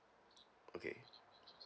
okay